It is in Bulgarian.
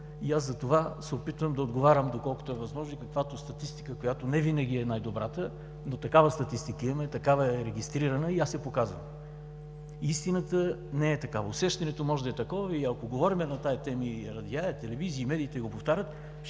и аз затова се опитвам да отговарям, доколкото е възможно, и със статистика, която не винаги е най-добрата, но такава статистика имаме, такава е регистрирана и аз я показвам. Истината не е такава. Усещането може да е такова и ако говорим на тези теми – и радиа, и телевизии, и медиите го повтарят,